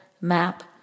map